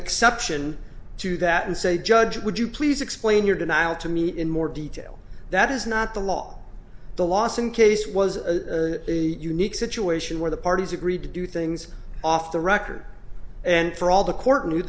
exception to that and say judge would you please explain your denial to me in more detail that is not the law the lawson case was a unique situation where the parties agreed to do things off the record and for all the court knew